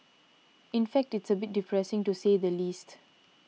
in fact it's a bit depressing to say the least